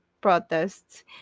protests